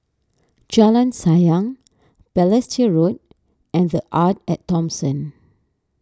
Jalan Sayang Balestier Road and the Arte at Thomson